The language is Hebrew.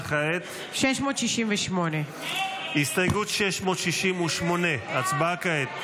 וכעת הסתייגות 668. הצבעה כעת.